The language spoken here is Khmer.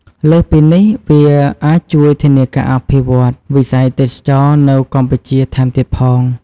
លើសពីនេះ វាអាចជួយធានាការអភិវឌ្ឍវិស័យទេសចរណ៍នៅកម្ពុជាថែមទៀតផង។